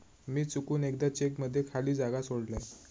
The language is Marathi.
मी चुकून एकदा चेक मध्ये खाली जागा सोडलय